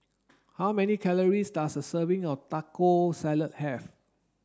how many calories does a serving of Taco Salad have